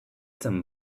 some